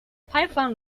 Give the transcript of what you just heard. python